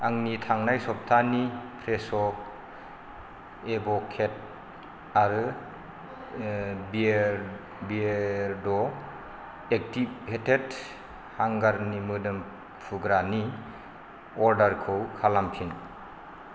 आंनि थांनाय सब्थानि फ्रेश' एभ'केड' आरो बियेरड' एक्टिभेटेट हांगारनि मोदोम फुग्रानि अर्डारखौ खालामफिन